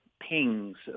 pings